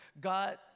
God